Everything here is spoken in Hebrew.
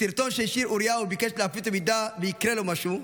בסרטון שהשאיר אוריה וביקש להפיץ אותו אם יקרה לו משהו,